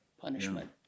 punishment